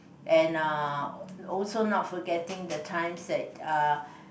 and uh also not forgetting the times that uh